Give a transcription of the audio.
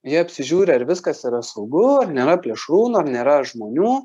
jie apsižiūri ar viskas yra saugu ar nėra plėšrūnų ar nėra žmonių